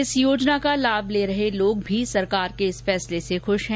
इस योजना का लाभ ले रहे लोग भी सरकार के इस फैसले से खुश हैं